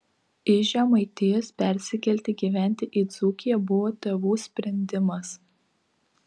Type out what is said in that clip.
iš žemaitijos persikelti gyventi į dzūkiją buvo tėvų sprendimas